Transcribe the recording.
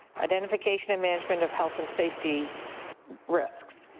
identification and management of health and safety risks.